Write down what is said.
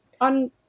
on